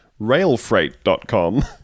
railfreight.com